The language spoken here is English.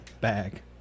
bag